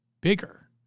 bigger